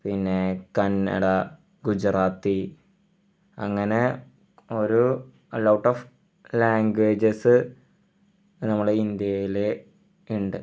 പിന്നെ കന്നട ഗുജറാത്തി അങ്ങനെ ഓരോ ലോട്ട് ഓഫ് ലാംഗ്വേജസ് നമ്മുടെ ഇന്ത്യയിൽ ഉണ്ട്